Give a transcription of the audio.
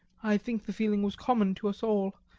i think the feeling was common to us all,